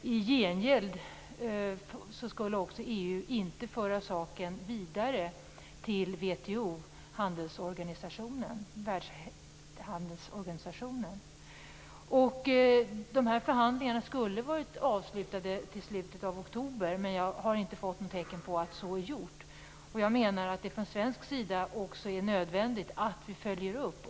I gengäld skulle EU inte föra saken vidare till WTO, Världshandelsorganisationen. De här förhandlingarna skulle ha varit avslutade i slutet av oktober, men jag har inte fått några tecken på att så blivit fallet. Jag menar att det är nödvändigt att vi från svensk sida följer upp detta.